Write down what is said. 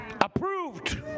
approved